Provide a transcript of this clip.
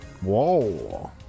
Whoa